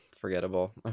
forgettable